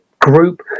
group